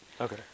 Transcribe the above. Okay